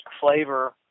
flavor